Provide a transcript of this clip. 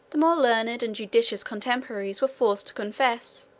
the more learned and judicious contemporaries were forced to confess,